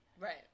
Right